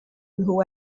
nhw